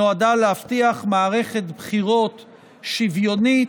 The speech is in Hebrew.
נועדה להבטיח מערכת בחירות שוויונית,